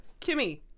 Kimmy